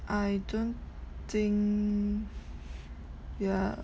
I don't think yeah